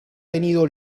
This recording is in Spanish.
tenido